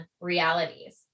realities